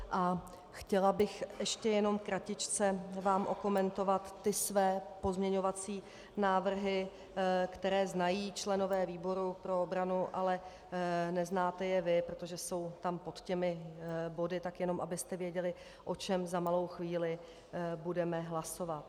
A chtěla bych ještě jenom kratičce vám okomentovat své pozměňovací návrhy, které znají členové výboru pro obranu, ale neznáte je vy, protože jsou tam pod těmi body, tak jenom abyste věděli, o čem za malou chvíli budeme hlasovat.